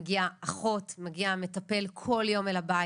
מגיעה אחות, מגיע מטפל כל יום לבית,